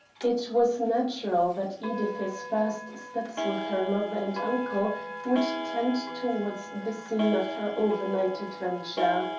it was natural that edith's first steps with her lover and uncle would tend towards the scene of her overnight adventure.